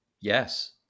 Yes